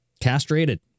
castrated